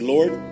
Lord